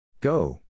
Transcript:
Go